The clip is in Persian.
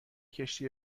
کشتی